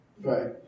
Right